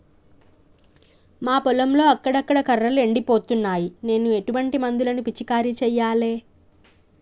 మా పొలంలో అక్కడక్కడ కర్రలు ఎండిపోతున్నాయి నేను ఎటువంటి మందులను పిచికారీ చెయ్యాలే?